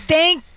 Thank